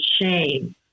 shame